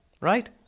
Right